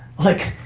like